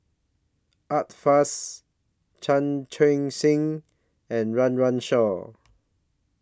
Art Fazil Chan Chun Sing and Run Run Shaw